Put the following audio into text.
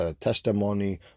testimony